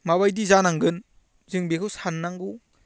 माबायदि जानांगोन जों बेखौ सान्नांगौ